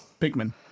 Pigmen